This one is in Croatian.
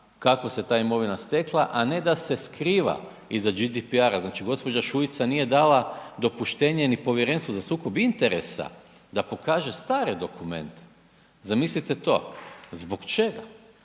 kako se ta imovina stekla, a ne da se skriva iza GDPR, znači gđa. Šuica nije dala dopuštenje ni Povjerenstvu za sukob interesa da pokaže stare dokumente, zamislite to, zbog čega,